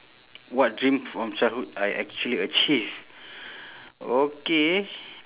what dreams from childhood I actually achieve okay